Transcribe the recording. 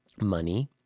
money